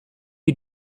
you